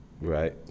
right